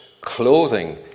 clothing